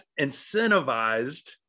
incentivized